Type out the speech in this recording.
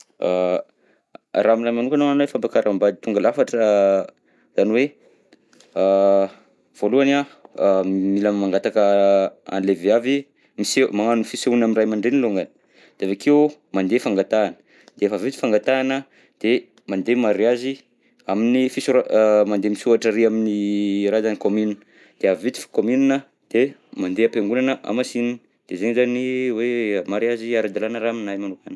Raha aminahy manokana, ho anahy ny fampakaram-bady tonga lafatra a izany hoe voalohany an a mila mangataka an'ilay viavy, miseho- magnano fisehoana amy ray aman-dreniny longany, de avy akeo mandeha fangatahana, rehefa vita i fangatahana de mandeha ny mariazy amin'ny fisora- a mandeha misoratra ary amin'ny raha zany commune, de vita i commune an de mandeha am-piangonana hamasinina, de zegny zany hoe mariazy ara-dalana raha aminahy manokana.